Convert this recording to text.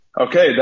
Okay